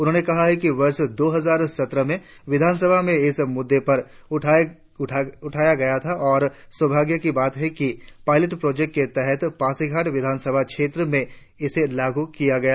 उन्होंने कहा कि वर्ष दो हजार सत्रह में विधानसभा में इस मुद्दे को उठाया गया था और सोभाग्य की बात है की पायलट प्रोजेक्ट के तहत पासिघाट विधानसभा क्षेत्र में इसे लागू किया गया है